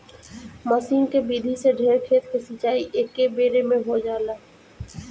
मसीन के विधि से ढेर खेत के सिंचाई एकेबेरे में हो जाला